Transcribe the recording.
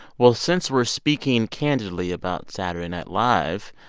well, since we're speaking candidly about saturday night live,